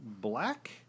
Black